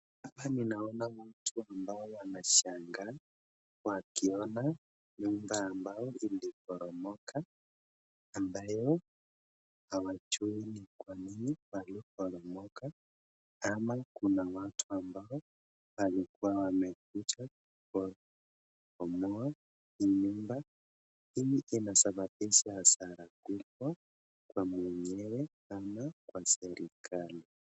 Hapa ninaona watu ambao wanashangaa wakiona nyumba ambayo imeporomoka, ambayo hawajui kwa nini wariporomoka ama kuna watu ambao walikuwa wamekuja kumbomoa hii nyumba hili inasababisha hasara kubwa kwa mwenyewe ama kwa serikali.